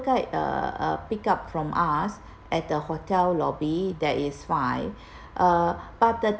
guide uh uh pick up from us at the hotel lobby that is fine uh but the